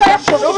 כי --- סליחה,